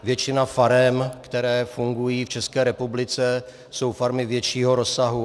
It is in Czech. Většina farem, které fungují v České republice, jsou farmy většího rozsahu.